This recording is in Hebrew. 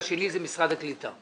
והשני זה משרד הקליטה.